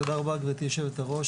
תודה רבה גבירתי יושבת הראש,